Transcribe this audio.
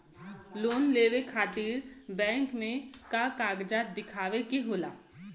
Loan लेवे खातिर bank मे का कागजात दिखावे के होला?